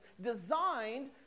designed